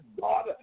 God